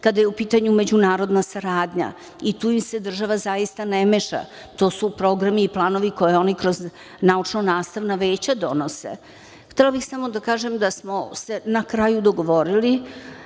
kada je u pitanju međunarodna saradnja, i tu im se država zaista ne meša, to su programi i planovi koje oni kroz naučno-nastavna veća donose. Htela bih samo da kažem da smo se na kraju dogovorili